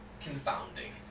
confounding